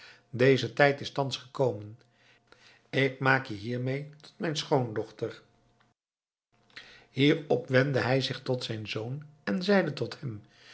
deze tijd is thans gekomen ik maak je hiermee tot mijn schoondochter hierop wendde hij zich tot zijn zoon en zeide tot hem